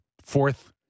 fourth